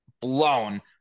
blown